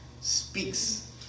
speaks